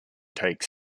take